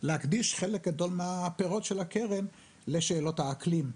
להקדיש חלק גדול מהפירות של הקרן לשאלות האקלים.